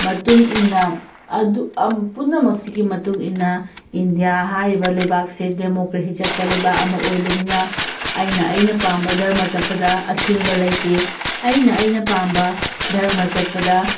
ꯃꯇꯨꯡ ꯏꯟꯅ ꯄꯨꯝꯅꯃꯛꯁꯤꯒꯤ ꯃꯇꯨꯡ ꯏꯟꯅ ꯏꯟꯗꯤꯌꯥ ꯍꯥꯏꯔꯤꯕ ꯂꯩꯕꯥꯛꯁꯦ ꯗꯦꯃꯣꯀ꯭ꯔꯦꯁꯤ ꯆꯠꯄ ꯂꯩꯕꯥꯛ ꯑꯃ ꯑꯣꯏꯕꯅꯤꯅ ꯑꯩꯅ ꯑꯩꯅ ꯄꯥꯝꯕ ꯙꯔꯃꯗ ꯆꯠꯄꯗ ꯑꯊꯤꯡꯕ ꯂꯩꯇꯦ ꯑꯩꯅ ꯑꯩꯅ ꯄꯥꯝꯕ ꯙꯔꯃ ꯆꯠꯄꯗ